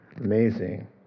Amazing